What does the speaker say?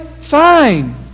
Fine